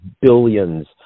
billions